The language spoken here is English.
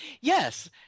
Yes